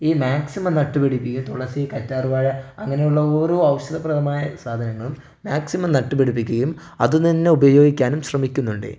ഈ മാക്സിമം നട്ടുപിടിപ്പിക്കുക തുളസി കറ്റാർവാഴ അങ്ങനെയുള്ള ഓരോ ഔഷധപ്രദമായ സാധനങ്ങളും മാക്സിമം നട്ടുപിടിപ്പിക്കുകയും അതുതന്നെ ഉപയോഗിക്കാനും ശ്രമിക്കുന്നുണ്ട്